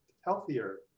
healthier